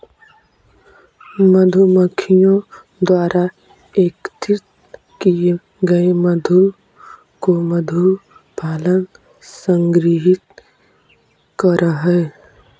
मधुमक्खियों द्वारा एकत्रित किए गए मधु को मधु पालक संग्रहित करअ हई